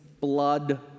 blood